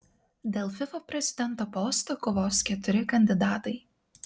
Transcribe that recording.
dėl fifa prezidento posto kovos keturi kandidatai